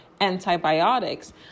antibiotics